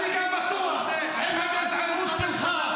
--- לך תשתה מהמים של עזה.